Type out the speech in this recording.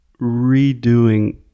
redoing